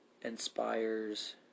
inspires